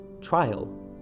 trial